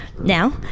Now